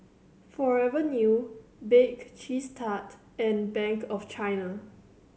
Forever New Bake Cheese Tart and Bank of China